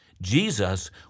Jesus